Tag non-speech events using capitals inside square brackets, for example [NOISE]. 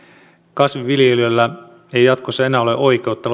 kasvinviljelijöillä ei jatkossa enää ole oikeutta [UNINTELLIGIBLE]